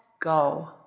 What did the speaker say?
go